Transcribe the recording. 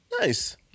Nice